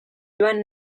joan